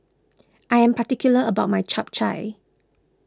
I am particular about my Chap Chai